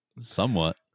Somewhat